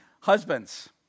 Husbands